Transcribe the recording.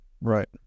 Right